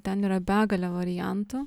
ten yra begalė variantų